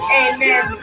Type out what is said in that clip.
amen